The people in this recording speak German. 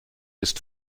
ist